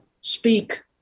speak